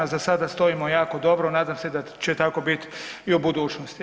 Za sada stojimo jako dobro, nadam se da će tako bit i u budućnosti.